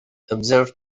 observed